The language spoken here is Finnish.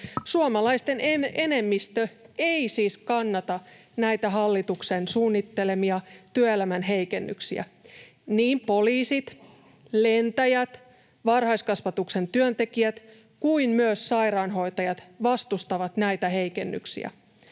Suomalaisten enemmistö ei siis kannata näitä hallituksen suunnittelemia työelämän heikennyksiä. Niin poliisit, lentäjät, varhaiskasvatuksen työntekijät kuin myös sairaanhoitajat vastustavat näitä heikennyksiä.